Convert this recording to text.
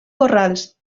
corrals